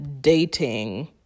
dating